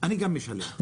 לשלם.